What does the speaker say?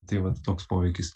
tai vat toks poveikis